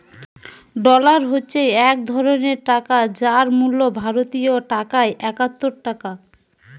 dollar হচ্ছে এক ধরণের টাকা যার মূল্য ভারতীয় টাকায় একাত্তর টাকা